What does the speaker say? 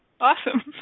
Awesome